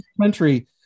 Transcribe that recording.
country